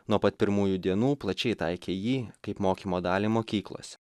nuo pat pirmųjų dienų plačiai taikė jį kaip mokymo dalį mokyklos